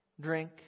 drink